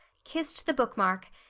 kissed the bookmark,